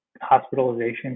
hospitalization